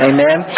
Amen